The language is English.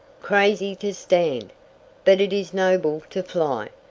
crazy to stand, but it is noble to fly!